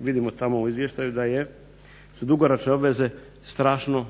vidimo tamo u izvještaju da su dugoročne obveze strašno